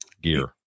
gear